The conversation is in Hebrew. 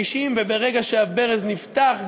וברגע שהברז נפתח,